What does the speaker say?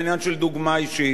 זה גם עניין של הערה,